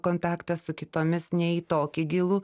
kontaktą su kitomis ne į tokį gilų